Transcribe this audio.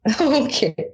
Okay